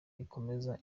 ikomeza